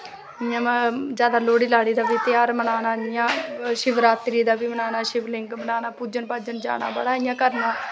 इ'यां जैदा लोह्ड़ी लाह्ड़ी दा बी ध्याह्र मनाना इ'यां शिवरात्री दा बी मनाना शिवलिंग बनाना पूजन पाजन जाना बड़ा इ'यां करना